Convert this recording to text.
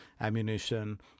ammunition